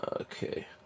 Okay